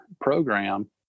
program